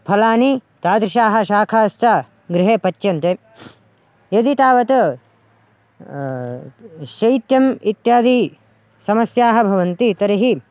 फलानि तादृशाः शाकाः च गृहे पच्यन्ते यदि तावत् शैत्यम् इत्यादि समस्याः भवन्ति तर्हि